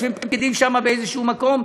יושבים פקידים שם באיזשהו מקום,